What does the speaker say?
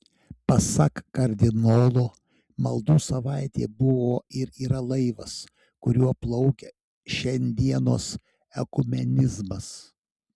pasak kardinolo maldų savaitė buvo ir yra laivas kuriuo plaukia šiandienos ekumenizmas